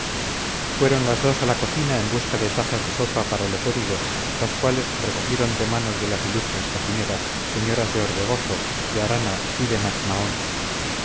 fueron las dos a la cocina en busca de tazas de sopa para los heridos las cuales recogieron de manos de las ilustres cocineras señoras de orbegozo de arana y de